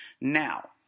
Now